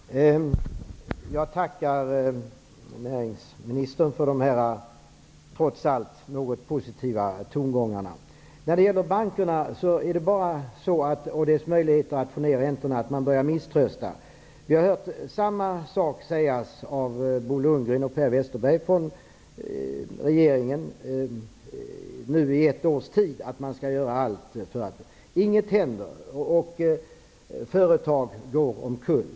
Herr talman! Jag tackar näringsministern för dessa trots allt något positiva tongångar. Vad beträffar bankerna och deras möjlighet att få ned räntorna börjar man misströsta. Vi har hört samma sak sägas av regeringsmedlemmarna Bo Lundgren och Per Westerberg i ett års tid, dvs. att man skall göra allt. Ingenting händer, och företag går omkull.